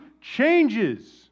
changes